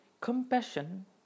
Compassion